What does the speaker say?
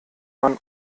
man